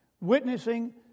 witnessing